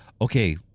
okay